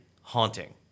haunting